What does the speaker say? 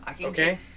Okay